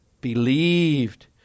Believed